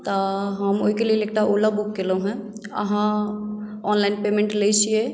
तऽ हम ओहिके लेल ओला बुक केलहुँ हँ अहाँ ऑनलाइन पेमेण्ट लै छियै